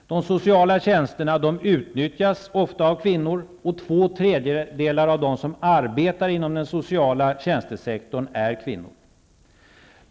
De sociala tjänsterna utnyttjas ofta av kvinnor, och två tredjedelar av dem som arbetar inom den sociala tjänstesektorn är kvinnor.